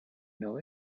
know